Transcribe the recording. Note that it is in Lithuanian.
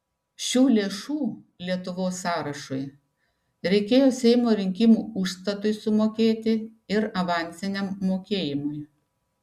šių lėšų lietuvos sąrašui reikėjo seimo rinkimų užstatui sumokėti ir avansiniam mokėjimui